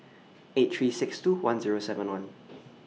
eight three six two one Zero seven one